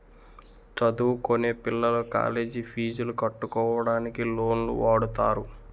చదువుకొనే పిల్లలు కాలేజ్ పీజులు కట్టుకోవడానికి లోన్లు వాడుతారు